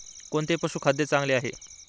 कोणते पशुखाद्य चांगले आहे?